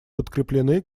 подкреплены